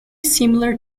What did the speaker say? similar